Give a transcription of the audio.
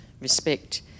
respect